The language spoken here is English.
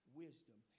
wisdom